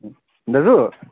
दाजु